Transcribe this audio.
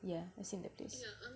yeah I've seen that place